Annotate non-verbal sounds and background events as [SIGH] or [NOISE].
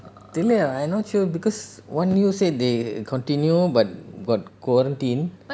இல்ல:illa I not sure because [LAUGHS] said they continue but got quarantine